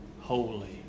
holy